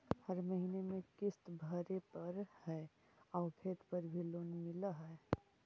हर महीने में किस्त भरेपरहै आउ खेत पर भी लोन मिल है?